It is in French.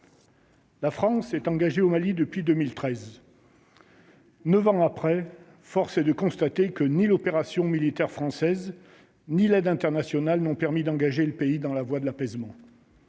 La France est engagée au Mali depuis 2013. 9 ans après, force est de constater que ni l'opération militaire française, ni l'aide internationale n'ont permis d'engager le pays dans la voie de l'apaisement.